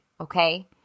Okay